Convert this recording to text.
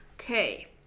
Okay